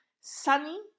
Sunny